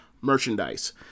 merchandise